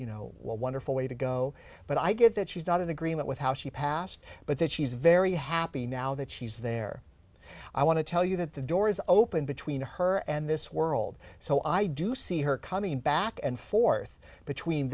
you know wonderful way to go but i get that she's not in agreement with how she passed but that she's very happy now that she's there i want to tell you that the door is open between her and this world so i do see her coming back and forth between